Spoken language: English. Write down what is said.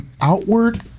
outward